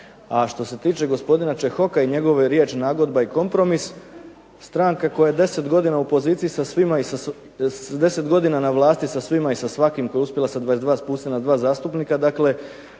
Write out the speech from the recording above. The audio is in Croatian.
A što se tiče gospodina Čehoka i njegove riječi nagodba i kompromis, stranka koja je 10 godina u poziciji sa svima i 10 godina na vlasti sa svima i sa svakim koja je sa 22 spustiti na dva zastupnika, dakle